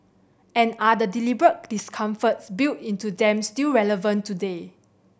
and are the deliberate discomforts built into them still relevant today